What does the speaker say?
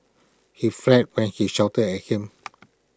he fled when she shouted at him